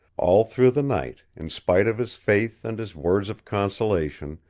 all through the night, in spite of his faith and his words of consolation,